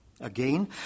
again